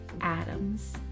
Adams